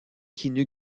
quenu